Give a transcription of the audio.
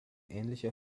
ähnlicher